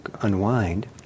unwind